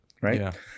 right